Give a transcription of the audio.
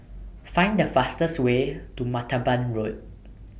Find The fastest Way to Martaban Road